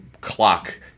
clock